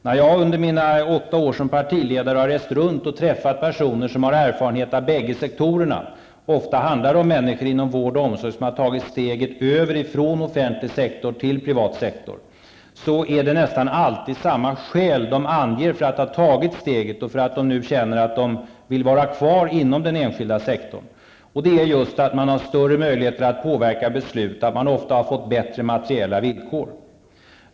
När jag under mina åtta år som partiledare har rest runt och träffat personer som har erfarenhet av bägge sektorerna -- ofta handlar det om människor inom vård och omsorg, som har tagit steget över från offentlig sektor till privat sektor -- har jag märkt att de nästan alltid anger samma skäl för att ha tagit steget till den enskilda sektorn och för att de nu känner att de vill vara kvar där, nämligen att man inom den enskilda sektorn har större möjligheter att påverka beslut och att man ofta där har fått bättre materiella villkor.